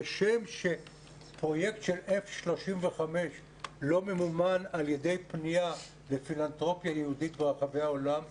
כשם שפרויקט של F-35 לא ממומן על ידי פילנתרופיה יהודית ברחבי העולם,